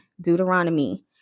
Deuteronomy